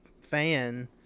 fan